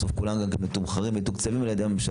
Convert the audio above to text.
בסוף מתוקצבים ומתומחרים על ידי הממשלה.